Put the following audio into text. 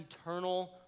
eternal